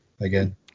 again